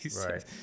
right